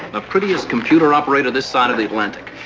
ah prettiest computer operator this side of the atlantic.